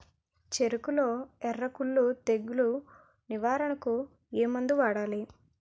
చెఱకులో ఎర్రకుళ్ళు తెగులు నివారణకు ఏ మందు వాడాలి?